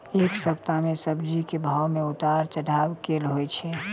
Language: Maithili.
एक सप्ताह मे सब्जी केँ भाव मे उतार चढ़ाब केल होइ छै?